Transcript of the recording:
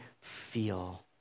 feel